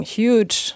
huge